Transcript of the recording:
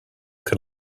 can